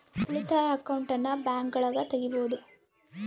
ಉಳಿತಾಯ ಅಕೌಂಟನ್ನ ಬ್ಯಾಂಕ್ಗಳಗ ತೆಗಿಬೊದು